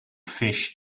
fish